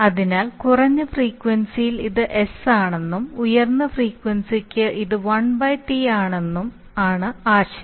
അതിനാൽ കുറഞ്ഞ ഫ്രീക്വൻസിയിൽ ഇത് S ആണെന്നും ഉയർന്ന ഫ്രീക്വൻസിക്ക് ഇത് 1 T ആണെന്നും ആശയം